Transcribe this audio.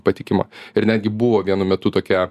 patikima ir netgi buvo vienu metu tokia